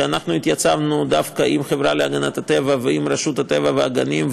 ואנחנו התייצבנו דווקא עם החברה להגנת הטבע ועם רשות הטבע והגנים,